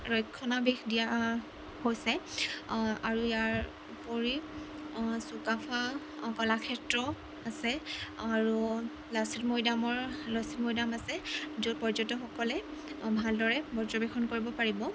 ৰক্ষণাবেক্ষ দিয়া হৈছে আৰু ইয়াৰ ওপৰি চুকাফা কলাক্ষেত্ৰ আছে আৰু লাচিত মৈডামৰ লাচিত মৈডাম আছে য'ত পৰ্যটকসকলে ভালদৰে পৰ্যবেক্ষণ কৰিব পাৰিব